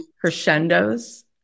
crescendos